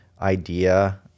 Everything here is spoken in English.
idea